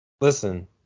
Listen